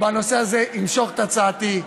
בנושא הזה אמשוך את הצעתי.